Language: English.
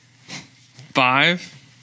Five